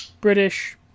British